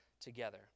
together